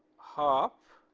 half